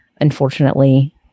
unfortunately